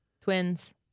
Twins